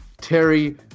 Terry